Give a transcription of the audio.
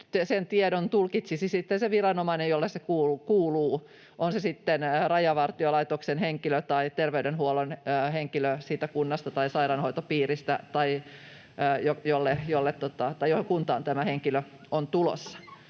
sen tiedon tulkitsisi se viranomainen, jolle se kuuluu, on se sitten Rajavartiolaitoksen henkilö tai terveydenhuollon henkilö siitä kunnasta tai sairaanhoitopiiristä, jonne tämä henkilö on tulossa.